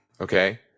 Okay